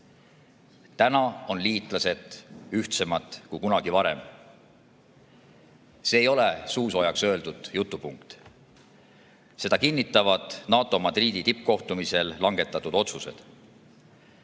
Täna on liitlased ühtsemad kui kunagi varem. See ei ole suusoojaks öeldud jutupunkt. Seda kinnitavad NATO Madridi tippkohtumisel langetatud otsused.